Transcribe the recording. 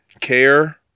care